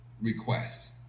request